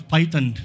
Python